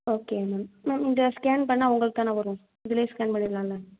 okay ma'am ma'am இதை scan பண்ணால் உங்களுக்கு தானே வரும் இதுலையே ஸ்கேன் பண்ணிரலால்ல